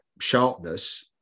sharpness